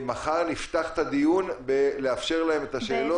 מחר נפתח את הדיון ונאפשר להם את השאלות.